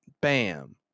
Bam